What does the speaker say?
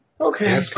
Okay